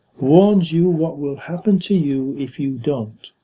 warns you what will happen to you if you don't.